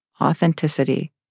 authenticity